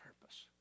purpose